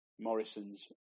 Morrison's